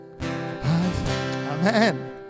Amen